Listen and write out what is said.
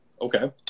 Okay